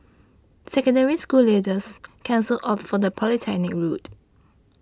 Secondary School leavers can also opt for the polytechnic route